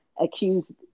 accused